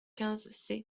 quinze